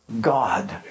God